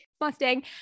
Mustang